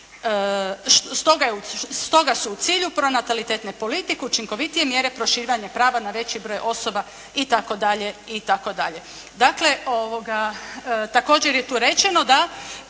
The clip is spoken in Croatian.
stoga su u cilju pronatalitetne politike učinkovitije mjere proširivanja prava na veći broj osoba itd., itd. Dakle, također je tu rečeno da